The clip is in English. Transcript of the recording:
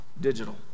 digital